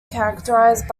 characterized